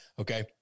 Okay